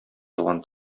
туган